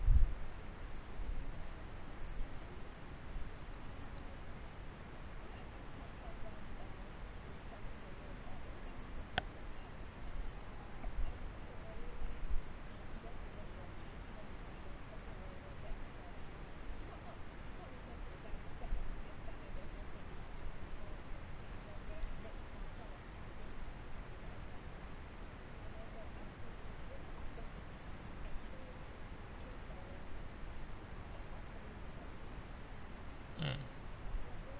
mm